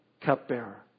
cupbearer